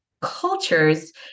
cultures